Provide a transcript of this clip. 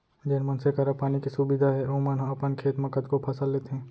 जेन मनसे करा पानी के सुबिधा हे ओमन ह अपन खेत म कतको फसल लेथें